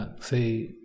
Say